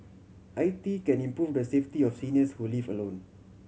I T can improve the safety of seniors who live alone